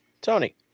Tony